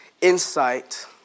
insight